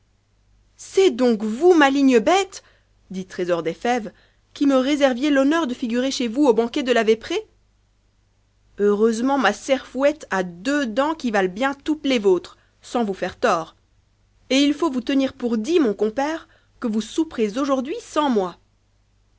c'est donc vous maligne bête dit trésor des fèves qui me réserviez l'honneur de figurerchezvous au banquet de la vesprée heureusement ma serfouette a deux dents qui valent bien toutes les vôtres sans vous faire tort et il faut vous tenir pour dit mon compère que vous souperez aujourd'hui sans moi